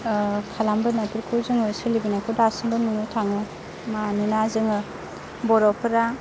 खालामबोनायफोरखौ जोङो सोलिबोनायखौ दासिमबो नुनो थाङो मानोना जोङो बर'फोरा